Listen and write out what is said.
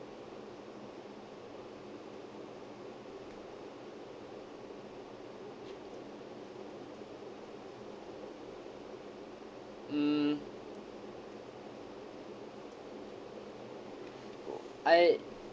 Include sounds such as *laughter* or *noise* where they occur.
mm *noise* I